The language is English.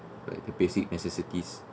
like the basic necessities